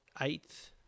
eighth